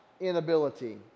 inability